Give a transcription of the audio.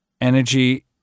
energy